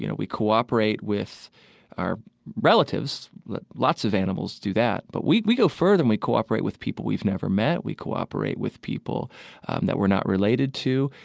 you know we cooperate with our relatives, but lots of animals do that. but we we go further and we cooperate with people we've never met. we cooperate with people and that we're not related to.